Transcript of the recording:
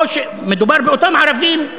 מדובר באותם ערבים,